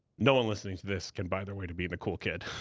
no one listening to this can buy their way to being the cool kid.